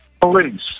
Police